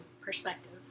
perspective